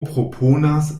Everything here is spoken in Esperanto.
proponas